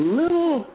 little